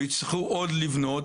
ויצטרכו לבנות עוד.